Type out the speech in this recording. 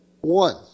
One